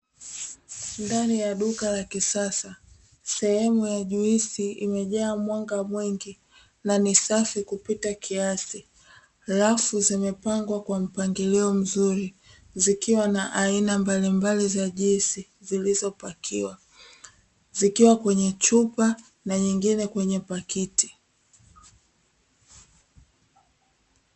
Ndani ya duka la kisasa. Sehemu ya juisi imejaa mwanga mwingi na ni safi kupita kiasi. Rafu zimepangwa kwa mpangilio mzuri, zikiwa na aina mbalimbali za juisi zilizopakiwa, zikiwa kwenye chupa na nyingine kwenye pakiti.